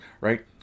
right